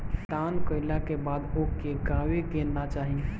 दान कइला के बाद ओके गावे के ना चाही